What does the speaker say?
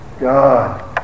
God